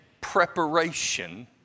preparation